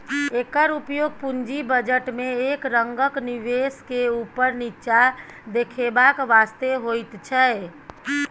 एकर उपयोग पूंजी बजट में एक रंगक निवेश के ऊपर नीचा देखेबाक वास्ते होइत छै